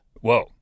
Whoa